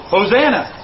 Hosanna